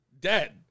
Dead